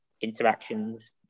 interactions